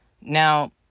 Now